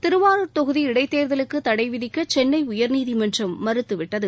திருவாரூர் தொகுதி இடைத்தேர்தலுக்கு தடை விதிக்க சென்னை உயர்நீதிமன்றம் மறுத்துவிட்டது